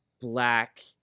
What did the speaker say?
black